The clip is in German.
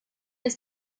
ist